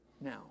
now